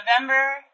November